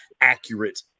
accurate